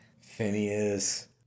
Phineas